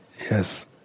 Yes